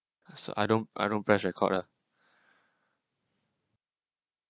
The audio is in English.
I so I don't I don't pressure corner